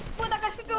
for the first